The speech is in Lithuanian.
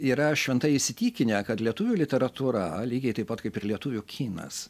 yra šventai įsitikinę kad lietuvių literatūra lygiai taip pat kaip ir lietuvių kinas